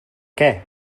què